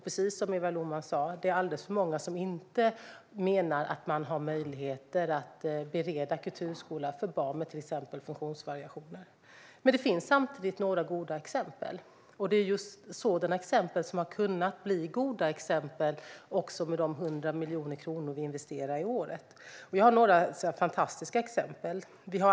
Precis som Eva Lohman sa är det alldeles för många som menar att de inte har möjligheter att erbjuda kulturskola för barn med till exempel funktionsvariationer. Samtidigt finns det några goda exempel, och de har kunnat bli goda exempel med de 100 miljoner kronor vi investerar per år. Vi har några fantastiska exempel.